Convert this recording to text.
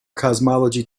cosmology